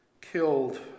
killed